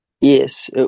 yes